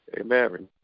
Amen